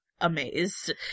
Amazed